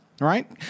Right